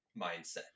mindset